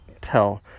tell